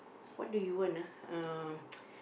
what do you want ah uh